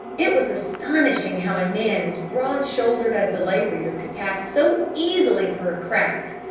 it was astonishing how a man as broad-shouldered as the lay reader could pass so easily through a crack.